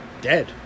dead